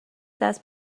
دست